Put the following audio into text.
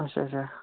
اچھا اچھا